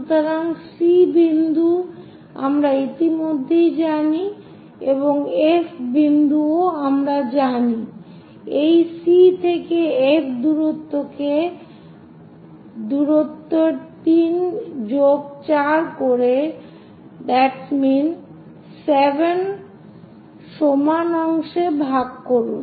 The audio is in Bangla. সুতরাং C বিন্দু আমরা ইতিমধ্যেই জানি এবং F বিন্দুও আমরা জানি যে এই C থেকে F দূরত্বকে 3 যোগ 4 করে 7 সমান অংশে ভাগ করি